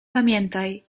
pamiętaj